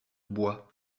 bois